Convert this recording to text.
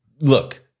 Look